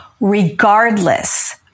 Regardless